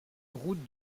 route